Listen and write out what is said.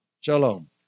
Shalom